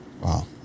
Wow